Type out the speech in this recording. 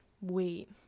wait